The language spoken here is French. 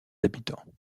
habitants